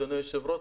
אדוני היושב-ראש,